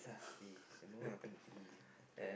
is no nothing free ah